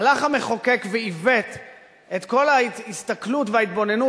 הלך המחוקק ועיוות את כל ההסתכלות וההתבוננות